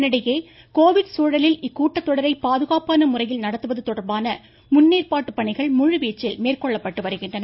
இதனிடையே கோவிட்சூழலில் இக்கூட்டத்தொடரை பாதுகாப்பான முறையில் நடத்துவது தொடா்பான முன்னேற்பாட்டு பணிகள் முழுவீச்சில் மேற்கொள்ளப்பட்டு வருகின்றன